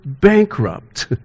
bankrupt